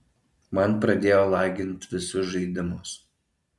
man pradėjo lagint visus žaidimus